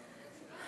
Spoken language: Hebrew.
תשובה